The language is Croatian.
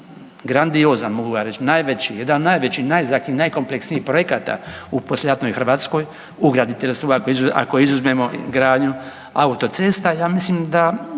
grandiozan mogu vam reći jedan najveći, najzahtjevniji, najkompleksnijih projekata u poslijeratnoj Hrvatskoj u graditeljstvu, ako izuzmemo gradnju auto cesta, ja mislim da